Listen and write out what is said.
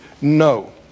No